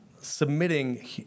submitting